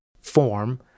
form